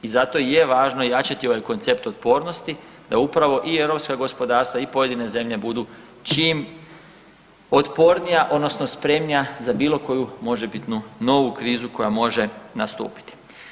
I zato je važno jačati ovaj koncept otpornosti da upravo i europska gospodarstva i pojedine zemlje budu čim otpornija odnosno spremnija za bilo koju možebitnu novu krizu koja može nastupiti.